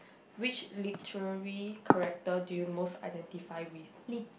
which literary character do you most identified with